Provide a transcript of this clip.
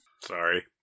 Sorry